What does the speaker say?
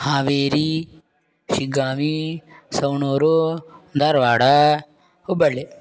Haveri Shiggaon Savanur Dharwad Hubballi